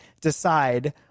decide